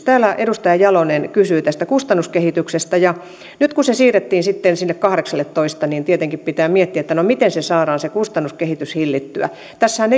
täällä edustaja jalonen kysyi tästä kustannuskehityksestä niin nyt kun tämä siirrettiin niille kahdeksalletoista niin tietenkin pitää miettiä miten saadaan kustannuskehitystä hillittyä tässähän